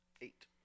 Eight